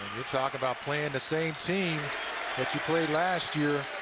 you talk about playing the same team that you played last year.